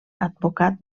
advocat